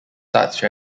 such